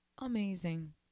amazing